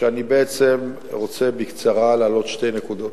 כשאני בעצם רוצה להעלות, בקצרה, שתי נקודות.